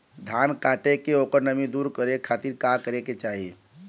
धान कांटेके ओकर नमी दूर करे खाती का करे के चाही?